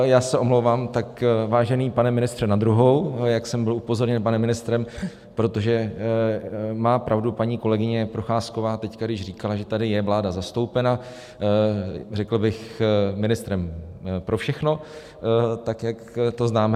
Já se omlouvám, tak vážený pane ministře na druhou, jak jsem byl upozorněn panem ministrem, protože má pravdu paní kolegyně Procházková, když teď tady říkala, že tady je vláda zastoupena, řekl bych, ministrem pro všechno, tak jak to známe.